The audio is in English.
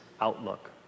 outlook